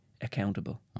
accountable